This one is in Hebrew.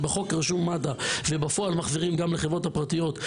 כאשר בחוק רשום מד"א ובפועל מחזירים גם לחברות הפרטיות.